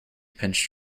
pinched